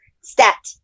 stat